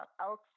else